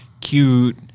cute